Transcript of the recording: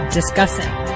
discussing